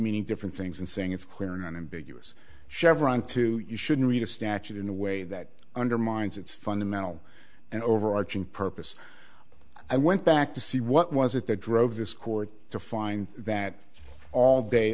many different things and saying it's clear and unambiguous chevron to you shouldn't read a statute in the way that undermines its fundamental and overarching purpose i went back to see what was it that drove this court to find that all day